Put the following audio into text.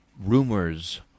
Rumors